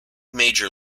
major